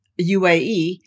UAE